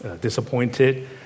disappointed